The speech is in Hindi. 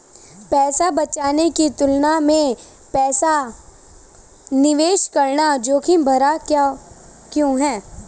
पैसा बचाने की तुलना में पैसा निवेश करना जोखिम भरा क्यों है?